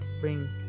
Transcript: bring